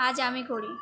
আজ আমি করি